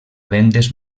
vendes